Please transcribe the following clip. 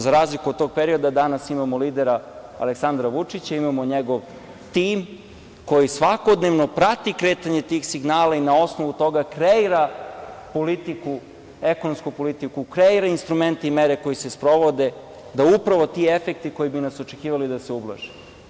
Za razliku od tog perioda, danas imamo lidera Aleksandra Vučića, imamo njegov tim koji svakodnevno prati kretanje tih signala i na osnovu toga kreira ekonomsku politiku, kreira instrumente i mere koje se sprovode da se upravo ti efekti koji bi nas očekivali ublaže.